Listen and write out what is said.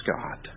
Scott